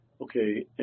okay